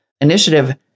initiative